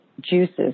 juices